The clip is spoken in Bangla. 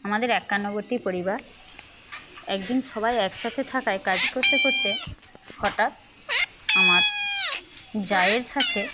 আমাদের একান্নবর্তী পরিবার একদিন সবাই একসাথে থাকায় কাজ করতে করতে হঠাৎ আমার জায়ের সাথে